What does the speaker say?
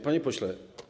Panie Pośle!